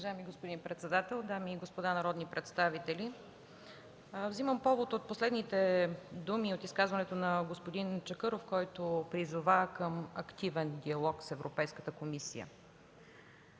(ГЕРБ): Уважаеми господин председател, дами и господа народни представители! Взимам повод от последните думи от изказването на господин Чакъров, който призова към активен диалог с Европейската комисия.